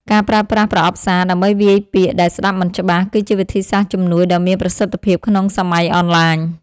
ការប្រើប្រាស់ប្រអប់សារ ដើម្បីវាយពាក្យដែលស្ដាប់មិនច្បាស់ គឺជាវិធីសាស្ត្រជំនួយដ៏មានប្រសិទ្ធភាពក្នុងសម័យអនឡាញ។